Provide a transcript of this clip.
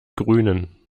grünen